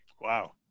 Wow